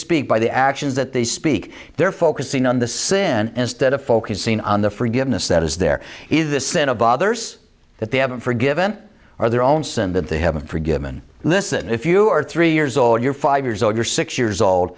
speak by the actions that they speak they're focusing on the sin instead of focusing on the forgiveness that is there is the sin of others that they haven't forgiven or their own sin that they haven't forgiven listen if you are three years old you're five years old you're six years old